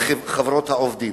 חברות העובדים.